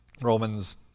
Romans